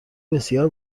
بسیار